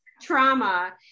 trauma